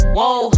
Whoa